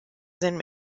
seinem